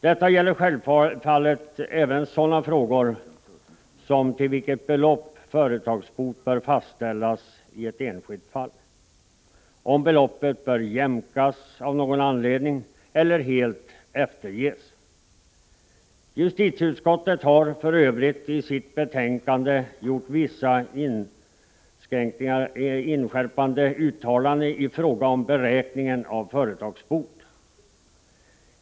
Detta gäller självfallet även sådana frågor som till vilket belopp företagsbot bör fastställas i ett enskilt fall och om beloppet bör jämkas av någon anledning eller helt efterges. Justitieutskottet har för övrigt i sitt betänkande gjort vissa inskärpande uttalanden i fråga om beräkningen av företagsbot.